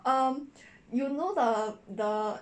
um you know the the